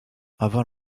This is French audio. avant